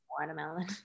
watermelon